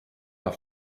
are